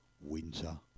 winter